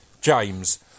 James